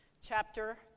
Chapter